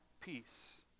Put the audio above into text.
peace